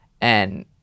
And-